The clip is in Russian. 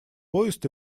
поезд